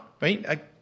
right